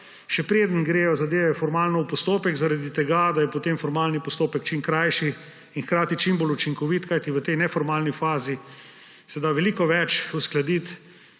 še preden gredo zadeve formalno v postopek, zaradi tega da je potem formalni postopek čim krajši in hkrati čim bolj učinkoviti, kajti v tej neformalni fazi se da veliko več uskladiti,